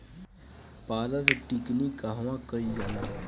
पारद टिक्णी कहवा कयील जाला?